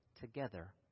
together